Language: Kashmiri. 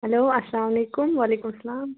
ہٮ۪لو السلام علیکُم وعلیکُم السلام